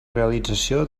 realització